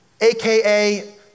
AKA